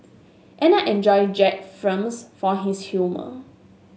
and I enjoy Jack's films for his humour